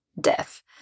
death